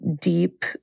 deep